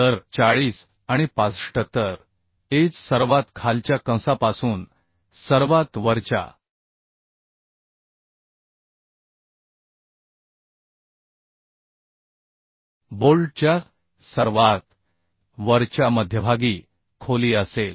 तर 40 आणि 65 तर एज सर्वात खालच्या कंसापासून सर्वात वरच्या बोल्टच्या सर्वात वरच्या मध्यभागी खोली असेल